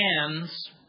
hands